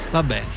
Vabbè